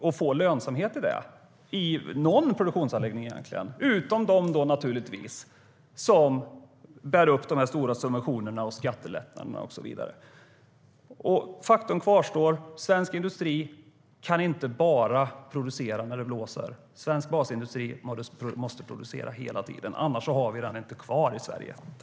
Det gäller alla produktionsanläggningar utom naturligtvis de energisystem som bär upp stora subventioner och skattelättnader.